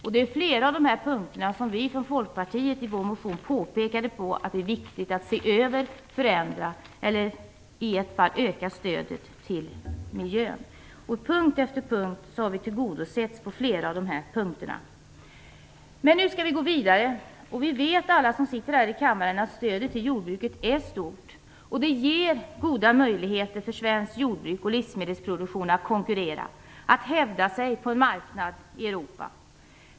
Vi från Folkpartiet påpekade i vår motion att det är viktigt att se över och förändra politiken och i ett fall öka stödet till miljön. På punkt efter punkt har vi tillgodosetts. Men nu skall vi gå vidare. Alla som sitter här i kammaren vet att stödet till jordbruket är stort. Det ger goda möjligheter för svenskt jordbruk och svensk livsmedelsproduktion att konkurrera och hävda sig på en marknad i Europa.